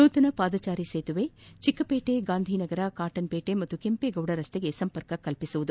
ನೂತನ ಪಾದಚಾರಿ ಸೇತುವೆ ಚಿಕ್ಕಪೇಟೆ ಗಾಂಧಿನಗರ ಕಾಟನ್ ಪೇಟೆ ಹಾಗೂ ಕೆಂಪೇಗೌಡ ರಸ್ತೆಗೆ ಸಂಪರ್ಕ ಕಲ್ಪಿಸಿದೆ